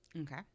okay